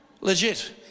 Legit